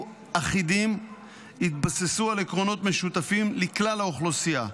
אחידים ויתבססו על עקרונות משותפים לכלל האוכלוסייה.